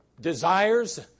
desires